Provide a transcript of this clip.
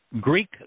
Greek